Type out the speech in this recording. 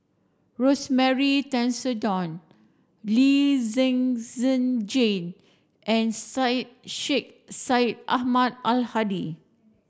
Rosemary Tessensohn Lee Zhen Zhen Jane and Syed Sheikh Syed Ahmad Al Hadi